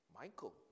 Michael